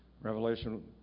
Revelation